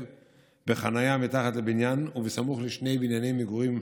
בחניה מתחת לבניין וסמוך לשני בנייני מגורים,